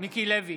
מיקי לוי,